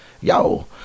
yo